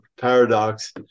paradox